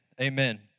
Amen